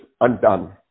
undone